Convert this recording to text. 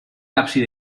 ábside